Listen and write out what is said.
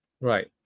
right